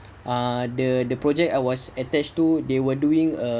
ah the the project I was attached to they were doing a